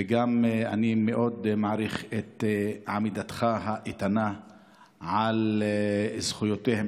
ואני מאוד מעריך גם את עמידתך האיתנה על זכויותיהם